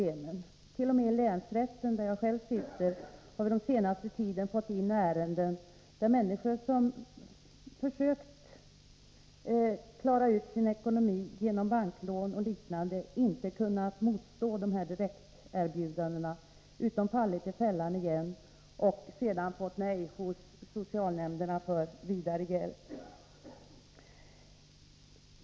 T. o. m. till länsrätten, där jag själv sitter, har vi den senaste tiden fått in ärenden beträffande människor som försökt klara sin ekonomi genom banklån och liknande och som inte kunnat motstå direkterbjudandena från kontokortsföretagen utan fallit i fällan igen och sedan fått nej hos socialnämnderna till vidare hjälp.